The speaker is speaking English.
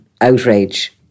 outrage